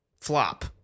flop